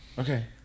Okay